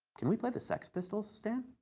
can we play the sex pistols, stan?